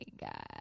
god